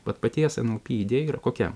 vat paties nlp idėja yra kokia